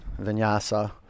Vinyasa